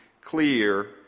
clear